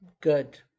good